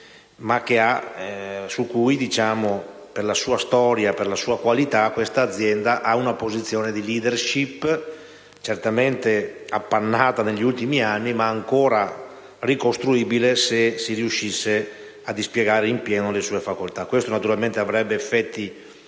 ma in cui, per la sua storia e per la sua qualità, questa azienda ha una posizione di *leadership*, certamente appannata negli ultimi anni, ma ancora ricostruibile, se riuscisse a dispiegare in pieno le sue facoltà. Questo naturalmente avrebbe effetti